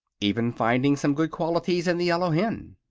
even finding some good qualities in the yellow hen.